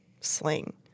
sling